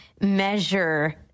measure